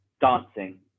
Dancing